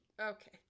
okay